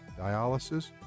dialysis